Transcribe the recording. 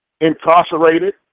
incarcerated